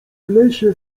lesie